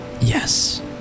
Yes